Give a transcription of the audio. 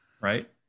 right